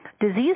disease